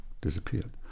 disappeared